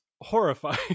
horrifying